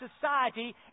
society